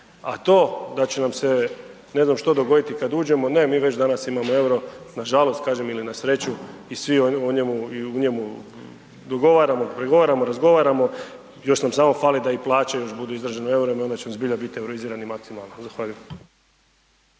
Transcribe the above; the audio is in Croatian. A to da će nam se ne znam što dogoditi kad uđemo, ne mi već danas imamo EUR-o nažalost kažem ili na sreću i sve o njemu i u njemu dogovaramo, pregovaramo, razgovaramo, još nam samo fali da i plaće još budu izražene u EUR-ima i onda ćemo zbilja biti euroizirani maksimalno. Zahvaljujem.